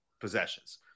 possessions